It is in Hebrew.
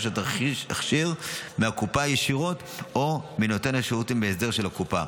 התכשיר מהקופה ישירות או מנותן שירותים בהסדר של הקופה.